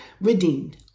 redeemed